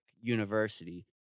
university